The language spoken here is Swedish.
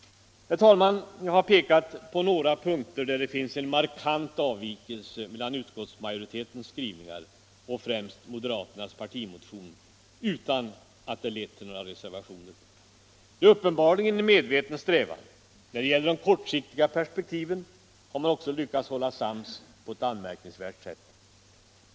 Herr talman! Jag har pekat på några punkter där det finns en markant avvikelse mellan utskottsmajoritetens skrivningar och främst moderaternas partimotion utan att detta har lett till några reservationer. Det är uppenbarligen en medveten strävan. När det gäller de kortsiktiga perspektiven har man också lyckats hålla sams på ett anmärkningsvärt sätt.